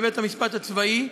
לבית-המשפט הצבאי,